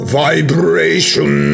vibration